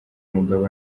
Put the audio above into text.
umugabo